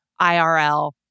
IRL